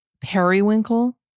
Periwinkle